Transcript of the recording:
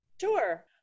Sure